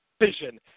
vision